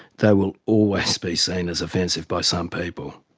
they will always be seen as offensive by some people.